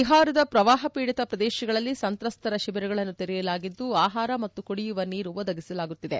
ಬಿಹಾರದ ಪ್ರವಾಹಪೀಡಿತ ಪ್ರದೇಶಗಳಲ್ಲಿ ಸಂತ್ರಸ್ತರ ಶಿಬಿರಗಳನ್ನು ತೆರೆಯಲಾಗಿದ್ದು ಆಹಾರ ಮತ್ತು ಕುಡಿಯುವ ನೀರು ಒದಗಿಸಲಾಗುತ್ತಿದೆ